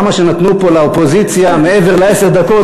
כמה שנתנו פה לאופוזיציה מעבר לעשר דקות.